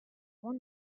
one